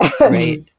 Right